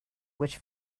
which